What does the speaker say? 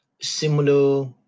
similar